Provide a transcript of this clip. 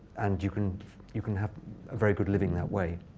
and you can you can have a very good living that way.